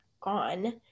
gone